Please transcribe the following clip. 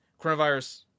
coronavirus